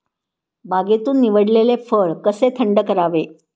बागेतून निवडलेले फळ कसे थंड करावे?